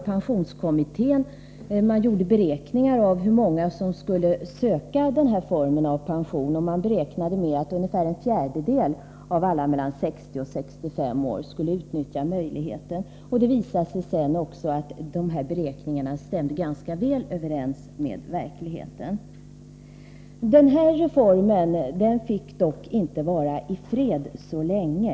Pensionskommittén gjorde beräkningar av hur många som skulle söka den här formen av pension, och man räknade då med att ungefär en fjärdedel av alla mellan 60 och 65 år skulle utnyttja möjligheten. Det visade sig sedan att beräkningarna stämde ganska väl överens med verkligheten. Reformen fick dock inte vara i fred så länge.